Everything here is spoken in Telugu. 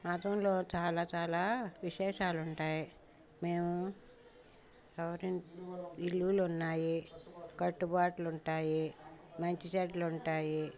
మతంలో చాలా చాలా విశేషాలు ఉంటాయి మేము విలువలు ఉన్నాయి కట్టుబాట్లు ఉంటాయి మంచి చెడ్డలు ఉంటాయి